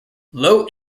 low